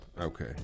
Okay